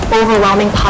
overwhelming